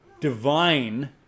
divine